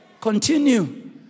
Continue